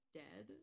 dead